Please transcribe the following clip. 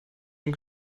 jim